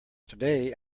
today